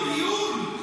ייעול, ייעול.